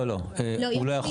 לא לא, הוא לא יכול.